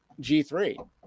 G3